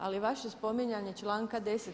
Ali vaše spominjanje članka 10.